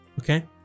Okay